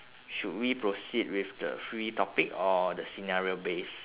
should we proceed with the free topic or the scenario based